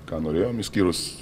ką norėjom išskyrus